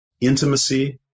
intimacy